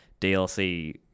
DLC